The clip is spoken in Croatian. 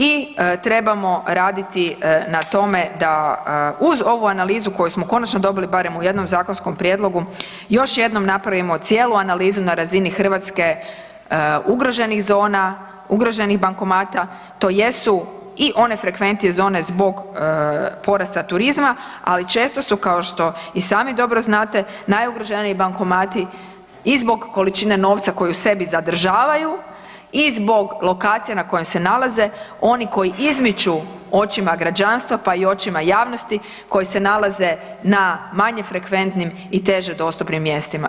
I trebamo raditi na tome da uz ovu analizu koju smo konačno dobili barem u jednom zakonskom prijedlogu još jednom napravimo cijelu analizu na razini Hrvatske ugroženih zona, ugroženih bankomata, to jesu i one frekventnije zone zbog porasta turizma, ali često su kao što i sami dobro znate najugroženiji bankomati i zbog količine novca koji u sebi zadržavaju i zbog lokacije na kojoj se nalazu oni koji izmiču očima građanstva pa i očima javnosti koji se nalaze na manje frekventnim i teže dostupnim mjestima.